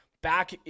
back